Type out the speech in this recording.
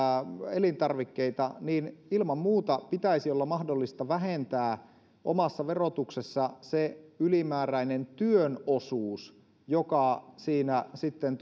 elintarvikkeita niin ilman muuta pitäisi olla mahdollista vähentää omassa verotuksessa se ylimääräinen työn osuus joka siinä sitten